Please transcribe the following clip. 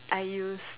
I use